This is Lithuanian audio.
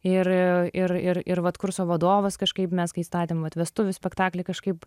ir ir ir ir vat kurso vadovas kažkaip mes kai statėm vestuvių spektaklį kažkaip